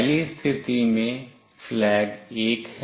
पहली स्थिति में flag 1 है